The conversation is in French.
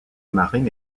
marine